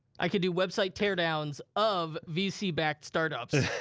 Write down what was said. i could do website teardowns of vc-backed startups.